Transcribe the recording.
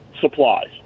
supplies